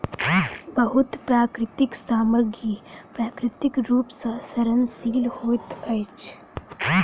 बहुत प्राकृतिक सामग्री प्राकृतिक रूप सॅ सड़नशील होइत अछि